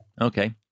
Okay